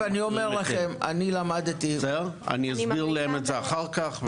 ואני אומר לכם: אני למדתי --- אני אסביר להם את זה אחר כך.